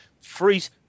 freeze